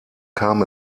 kam